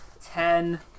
ten